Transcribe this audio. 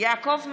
יעקב מרגי,